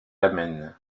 amène